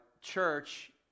church